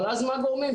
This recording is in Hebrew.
אבל אז מה גורמים?